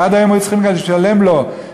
ועד היום היו צריכים גם לשלם לה אגרה,